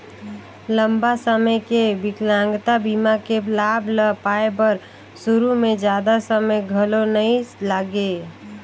लंबा समे के बिकलांगता बीमा के लाभ ल पाए बर सुरू में जादा समें घलो नइ लागे